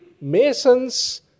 masons